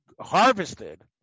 harvested